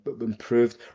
improved